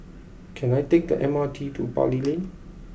can I take the M R T to Bali Lane